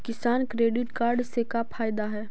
किसान credit card से का फायदा है?